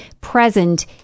present